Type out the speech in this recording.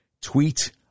Tweet